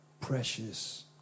precious